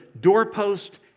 doorpost